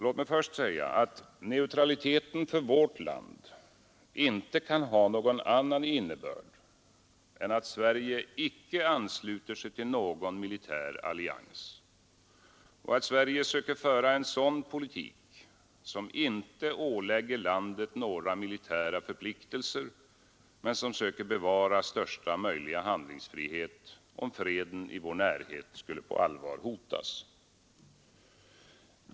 Låt mig först säga, att neutraliteten för vårt land inte kan ha någon annan innebörd än att Sverige icke ansluter sig till någon militär allians och att det söker föra en sådan politik som inte ålägger landet några militära förpliktelser men som söker bevara största möjliga handlingsfrihet, om freden i vår närhet skulle på allvar hotas.